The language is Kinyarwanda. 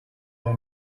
ngo